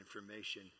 information